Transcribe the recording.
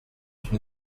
une